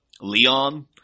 Leon